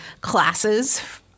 classes